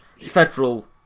federal